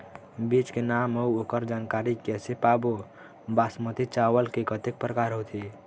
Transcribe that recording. बीज के नाम अऊ ओकर जानकारी कैसे पाबो बासमती चावल के कतेक प्रकार होथे?